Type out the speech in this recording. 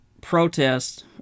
protests